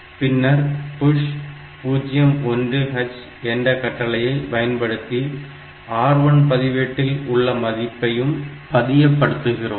பின்னர் push 01H என்ற கட்டளையை பயன்படுத்தி R1 என்ற பதிவேட்டில் உள்ள மதிப்பையும் பதியப்படுத்துகிறோம்